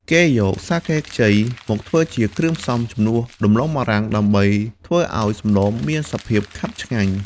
គេយកសាកេខ្ចីមកធ្វើជាគ្រឿងផ្សំជំនួសដំឡូងបារាំង ដើម្បីធ្វើឱ្យសម្លមានសភាពខាប់ឆ្ងាញ់។